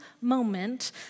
moment